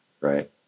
right